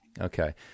okay